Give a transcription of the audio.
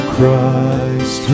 Christ